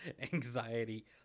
anxiety